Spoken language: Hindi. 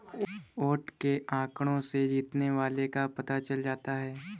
वोट के आंकड़ों से जीतने वाले का पता चल जाता है